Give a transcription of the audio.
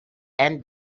and